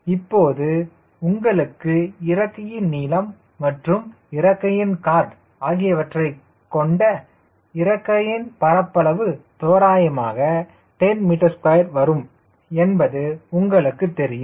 இப்போது உங்களுக்கு இறக்கையின் நீளம் மற்றும் இறக்கையின் கார்டு ஆகியவற்றைக் கொண்ட இறக்கையின் பரப்பளவு தோராயமாக 10m2 வரும் என்பது உங்களுக்கு தெரியும்